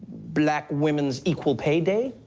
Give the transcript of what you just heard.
black women's equal pay day?